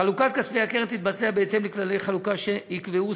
חלוקת כספי הקרן תתבצע בהתאם לכללי חלוקה שיקבעו